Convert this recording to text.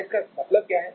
और इसका मतलब क्या है